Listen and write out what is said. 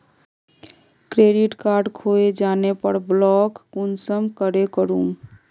Credit card खोये जाले पर ब्लॉक कुंसम करे करूम?